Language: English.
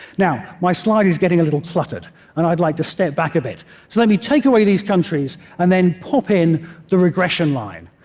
now, my slide is getting a little cluttered and i'd like to step back a bit. so let me take away these countries, and then pop in the regression line.